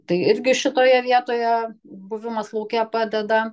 tai irgi šitoje vietoje buvimas lauke padeda